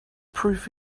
proof